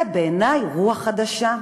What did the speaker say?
זה בעיני רוח חדשה.